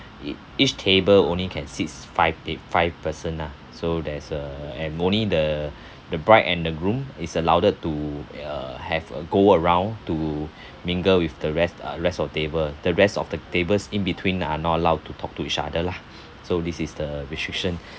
each table only can seat five eight five person ah so there's a and only the the bride and the groom is allowed to uh have uh go around to mingle with the rest uh rest of table the rest of the tables in between are not allowed to talk to each other lah so this is the restriction